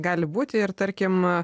gali būti ir tarkim